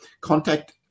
contact